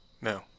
No